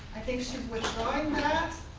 i think she's withdrawing that,